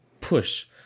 push